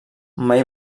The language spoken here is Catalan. mai